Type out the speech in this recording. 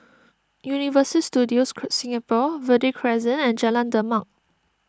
Universal Studios Singapore Verde Crescent and Jalan Demak